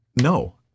no